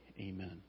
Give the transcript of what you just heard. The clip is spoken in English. Amen